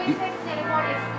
infekcinė ligoninė